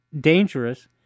dangerous